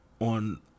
on